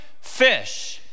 fish